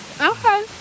Okay